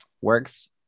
works